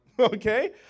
Okay